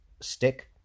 stick